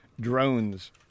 drones